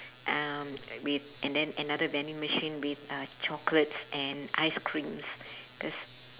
um with and then another vending machine with uh chocolates and ice creams